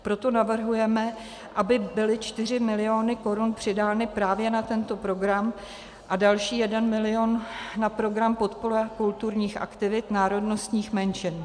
Proto navrhujeme, aby byly 4 miliony korun přidány právě na tento program a další 1 milion na program podpora kulturních aktivit národnostních menšin.